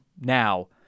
now